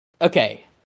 okay